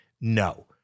No